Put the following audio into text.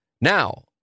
Now